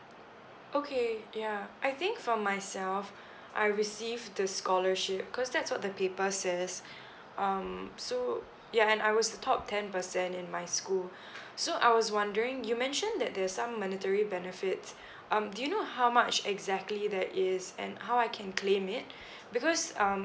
okay ya I think for myself I received the scholarship cause that's what the paper says um so ya and I was the top ten percent in my school so I was wondering you mentioned that there's some monetary benefits um do you know how much exactly that is and how I can claim it because um